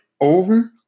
over